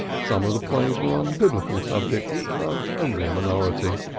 some of the plays were on biblical subjects, but only a minority.